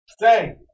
Say